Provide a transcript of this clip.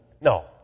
no